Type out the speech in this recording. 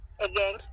Again